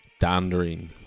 Dandering